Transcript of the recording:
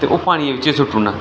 ते ओह् पानियै बिच्चै सु'ट्टी ओड़ना